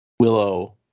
Willow